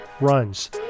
runs